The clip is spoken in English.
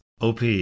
OP